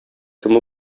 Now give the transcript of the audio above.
кем